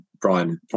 Brian